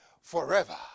forever